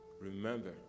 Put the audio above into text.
remember